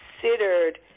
considered